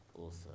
Awesome